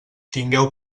tingueu